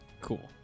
Cool